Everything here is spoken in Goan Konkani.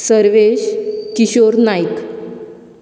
सर्वेश किशोर नायक